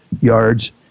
yards